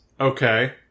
Okay